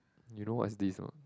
you know what is this or not